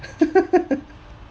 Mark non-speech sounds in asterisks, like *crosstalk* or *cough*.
*laughs*